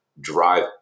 drive